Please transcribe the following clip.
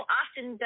often